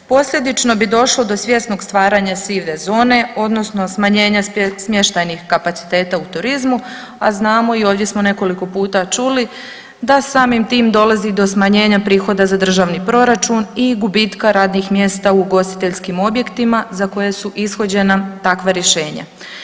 Posljedično bi došlo do svjesnog stvaranja sive zone odnosno smanjenja smještajnih kapaciteta u turizmu, a znamo i ovdje smo nekoliko puta čuli da samim tim dolazi do smanjenja prihoda za državni proračun i gubitka radnih mjesta u ugostiteljskim objektima za koje su ishođena takva rješenja.